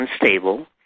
unstable